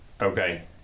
Okay